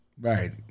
right